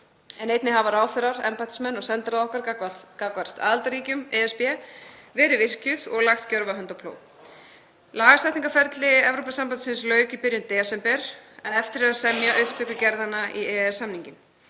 en einnig hafa ráðherrar, embættismenn og sendiráð okkar gagnvart aðildarríkjum ESB verið virkjuð og lagt gjörva hönd á plóg. Lagasetningarferli Evrópusambandsins lauk í byrjun desember en eftir er að semja um upptöku gerðanna í EES-samninginn.